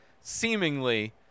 seemingly